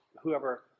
Whoever